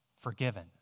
forgiven